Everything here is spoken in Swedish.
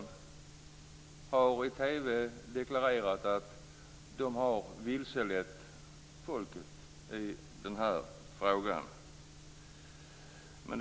De har i TV deklarerat att de har vilselett folket i den här frågan.